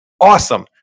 Awesome